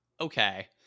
Okay